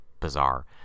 bizarre